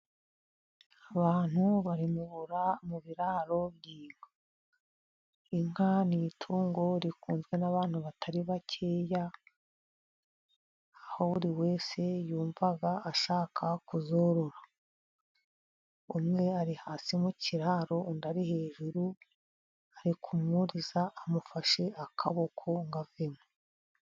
Abantu baremura mu biraro by' inka. Inka ni itungo rikunzwe n'abantu batari bakeya, aho buri wese yumva ashaka kuzorora. Umwe ari hasi mu kiraro, undi ari hejuru ari kumwuriza, amufashe akaboko ngo avemo.